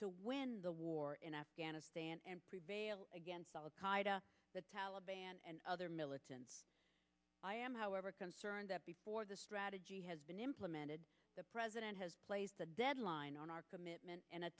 to win the war in afghanistan and prevail against al qaeda the taliban and other militants i am however concerned that before the strategy has been implemented the president has placed a deadline on our commitment and a